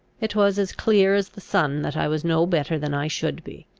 it was as clear as the sun that i was no better than i should be.